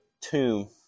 tomb